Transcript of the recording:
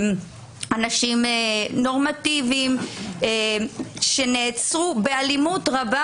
יש אנשים נורמטיביים שנעצרו באלימות רבה.